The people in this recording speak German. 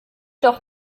doch